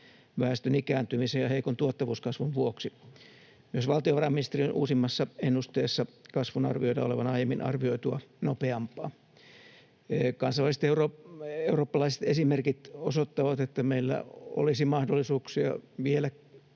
väestön ikääntymisen ja heikon tuottavuuskasvun vuoksi. Myös valtiovarainministeriön uusimmassa ennusteessa kasvun arvioidaan olevan aiemmin arvioitua nopeampaa. Kansainväliset eurooppalaiset esimerkit osoittavat, että meillä olisi mahdollisuuksia vielä